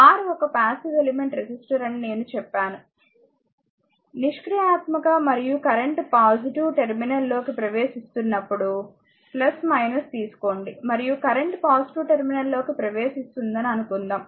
R ఒక passive element resistor అని నేను చెప్పాను నిష్క్రియాత్మక మరియు కరెంట్ పాజిటివ్ టెర్మినల్ లోకి ప్రవేశిస్తున్నప్పుడు తీసుకోండి మరియు కరెంట్ పాజిటివ్ టెర్మినల్ లోకి ప్రవేశిస్తుందని అనుకుందాం